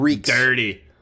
dirty